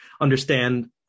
understand